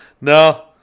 No